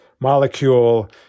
molecule